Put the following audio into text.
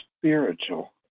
spiritual